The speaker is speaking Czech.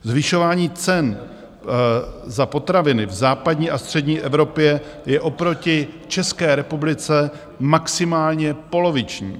Zvyšování cen za potraviny v západní a střední Evropě je oproti České republice maximálně poloviční.